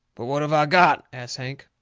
but what have i got? asts hank.